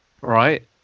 right